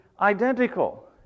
identical